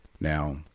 Now